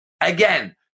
Again